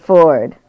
Ford